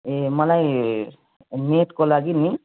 ए मलाई नेटको लागि नि